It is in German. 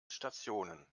stationen